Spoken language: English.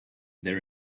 their